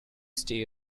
stay